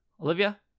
Olivia